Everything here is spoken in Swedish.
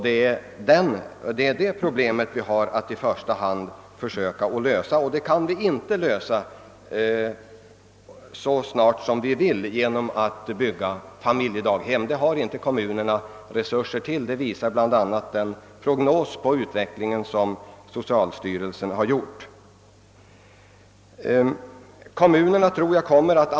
| Det är detta problem vi i första hand måste lösa, men vi kan inte lösa det så snart och i den omfattning vi vill genom att bygga ut barnstugeverksamheten. Detta har inte kommunerna resurser till, vilket visas bl.a. av en prognos för utveckligen som =<:socialstyrelsen gjort. ; i Jag tror att kommunerna kommer att.